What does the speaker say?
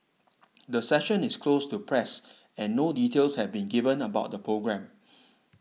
the session is closed to press and no details have been given about the programme